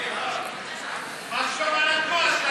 מה שלום הנגמ"ש?